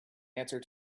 answer